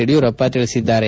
ಯಡಿಯೂರಪ್ಪ ಹೇಳಿದ್ದಾರೆ